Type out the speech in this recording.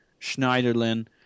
Schneiderlin